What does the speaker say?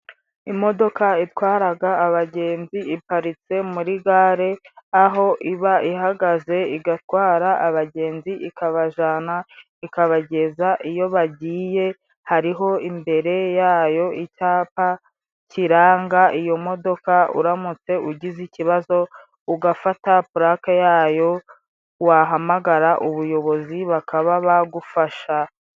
Imodoka itwaraga abagenzi iparitse muri gare, aho iba ihagaze igatwara abagenzi, ikabajana ikabageza iyo bagiye, hariho imbere yayo icyapa kiranga iyo modoka, uramutse ugize ikibazo ugafata pulake ya yo, wahamagara ubuyobozi bakaba bagufasha.